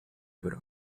pbro